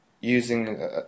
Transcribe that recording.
using